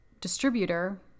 distributor